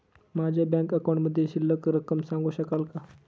माझ्या बँक अकाउंटमधील शिल्लक रक्कम सांगू शकाल का?